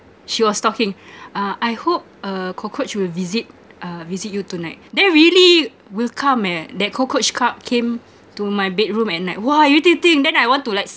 she was talking uh I hope a cockroach will visit uh visit you tonight then really will come eh that cockroach come came to my bedroom at night !wah! you didn't think then I want to like